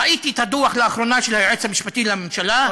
ראיתי לאחרונה את הדוח של היועץ המשפטי לממשלה,